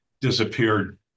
disappeared